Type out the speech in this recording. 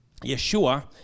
Yeshua